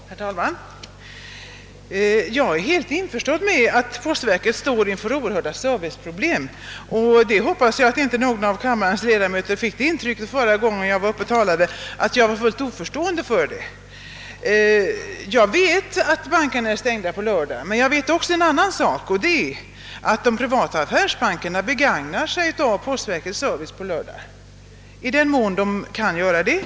Herr talman! Jag är fullt på det klara med att postverket har oerhört stora serviceproblem; jag hoppas att ingen av kammarens ledamöter fick det intrycket av mitt förra anförande att jag var oförstående för den saken. Jag vet att bankerna är stängda på lördagar, men jag vet också att de privata affärsbankerna då begagnar sig av postverkets service, i den mån de kan göra det.